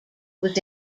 was